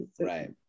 Right